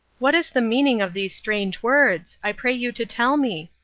what is the meaning of these strange words i pray you to tell me?